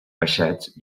peixets